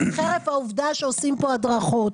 חרף העובדה שעושים פה הדרכות.